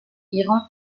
iran